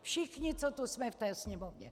Všichni, co tu jsme ve Sněmovně.